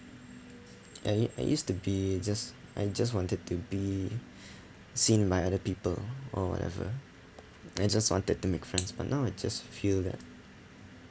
I it I used to be just I just wanted to be seen by other people or whatever and I just wanted to make friends but now I just feel that